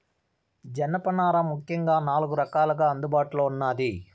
జనపనార ముఖ్యంగా నాలుగు రకాలుగా అందుబాటులో ఉన్నాది